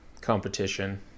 competition